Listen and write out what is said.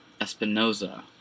Espinoza